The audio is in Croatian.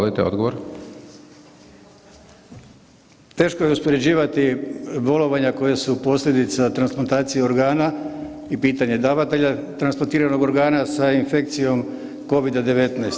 Teško je uspoređivati bolovanja koja su posljedica transplantacije organa i pitanje davatelja transplantiranog organa sa infekcijom Covida-19.